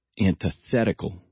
antithetical